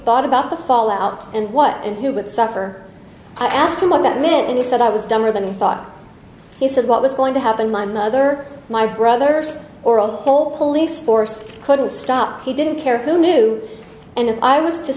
thought about the fallout and what and who would suffer i asked him what that meant and he said i was dumber than i thought he said what was going to happen my mother my brothers or of all police force couldn't stop he didn't care who knew and if i w